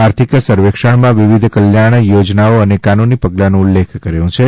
આર્થિક સર્વેક્ષણમાં વિવિધ કલ્યાણ યોજનાઓ અને કાનૂની પગલાંનો ઉલ્લેખ કર્યો છે